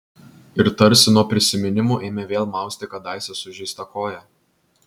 ir tarsi nuo prisiminimų ėmė vėl mausti kadaise sužeistą koją